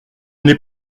n’est